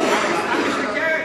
משקרת.